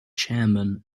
chairman